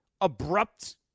abrupt –